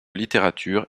littérature